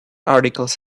articles